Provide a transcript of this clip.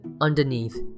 underneath